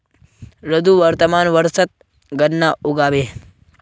रघु वर्तमान वर्षत गन्ना उगाबे